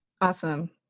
Awesome